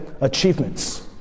achievements